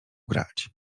grać